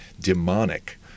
demonic